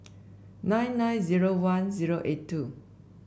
nine nine zero one zero eight two